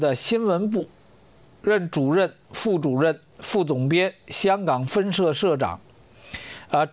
the symbol food for the